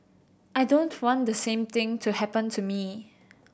I don't want the same thing to happen to me